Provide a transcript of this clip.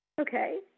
Okay